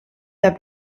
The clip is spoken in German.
der